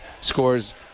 scores